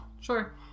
Sure